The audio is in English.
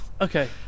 Okay